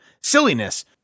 silliness